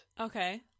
Okay